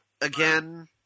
again